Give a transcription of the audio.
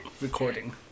recording